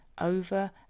over